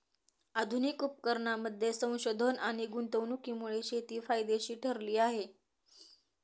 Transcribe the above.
आधुनिक उपकरणांमध्ये संशोधन आणि गुंतवणुकीमुळे शेती फायदेशीर ठरली आहे